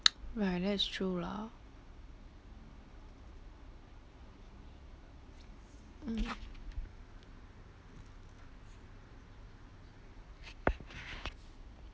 well that's true lah mm